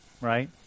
right